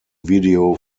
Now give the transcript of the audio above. video